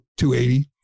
280